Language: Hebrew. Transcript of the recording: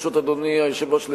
ברשות אדוני היושב-ראש,